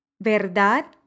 ¿Verdad